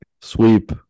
Sweep